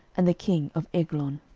and the king of eglon.